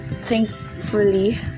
thankfully